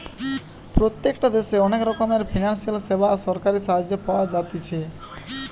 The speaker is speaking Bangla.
প্রত্যেকটা দেশে অনেক রকমের ফিনান্সিয়াল সেবা আর সরকারি সাহায্য পাওয়া যাতিছে